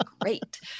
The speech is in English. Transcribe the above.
great